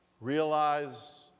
realize